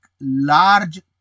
large